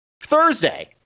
Thursday